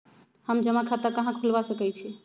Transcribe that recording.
हम जमा खाता कहां खुलवा सकई छी?